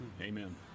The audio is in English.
Amen